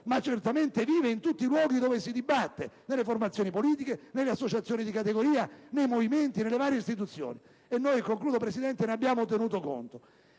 ma certamente vive in tutti i luoghi in cui si dibatte, nelle formazioni politiche, nelle associazioni di categoria, nei movimenti e nelle varie istituzioni politiche. Noi, e concludo, Presidente, ne abbiamo tenuto conto.